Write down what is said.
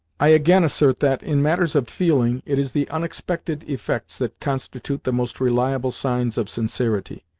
i again assert that, in matters of feeling, it is the unexpected effects that constitute the most reliable signs of sincerity.